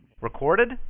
Recorded